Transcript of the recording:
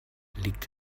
liegt